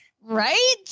Right